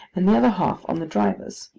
and the other half on the driver's.